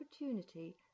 opportunity